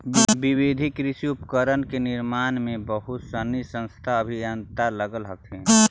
विविध कृषि उपकरण के निर्माण में बहुत सनी संस्था के अभियंता लगल हथिन